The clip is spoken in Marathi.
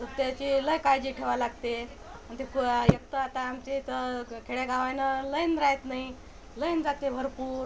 तर त्याची लई काळजी ठेवा लागते आणि ते एक तर आता आमच्याइथं खेडे गावायला लाइन रायत नाही लाइन जाते भरपूर